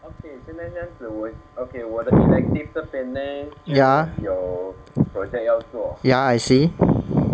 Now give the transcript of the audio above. ya ya I see